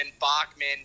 Bachman